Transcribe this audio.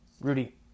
Rudy